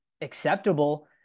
acceptable